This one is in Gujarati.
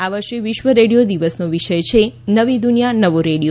આ વર્ષે વિશ્વ રેડિયો દિવસનો વિષય છે નવી દુનિયા નવો રેડિયો